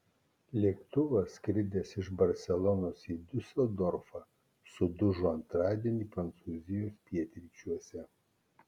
lėktuvas skridęs iš barselonos į diuseldorfą sudužo antradienį prancūzijos pietryčiuose